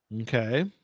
Okay